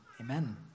amen